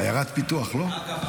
עיירת פיתוח, לא?